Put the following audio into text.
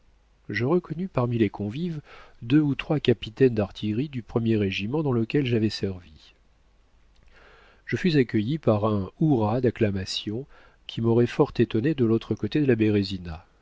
je reconnus parmi les convives deux ou trois capitaines d'artillerie du premier régiment dans lequel j'avais servi je fus accueilli par un hourra d'acclamations qui m'aurait fort étonné de l'autre côté de la bérésina